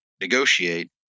negotiate